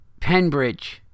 Penbridge